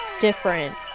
different